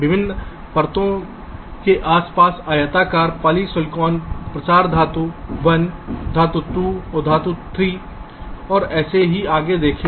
विभिन्न परतों के आसपास आयताकार पॉलीसिलिकॉन प्रसार धातु धातु 1 धातु 2 धातु 3 और ऐसे ही आगे है